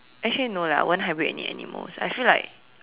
actually no leh I won't hybrid any animals I feel like